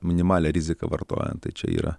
minimalią riziką vartojant tai čia yra